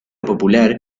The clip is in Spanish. popular